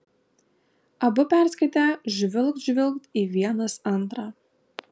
abu perskaitę žvilgt žvilgt į vienas antrą